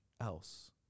else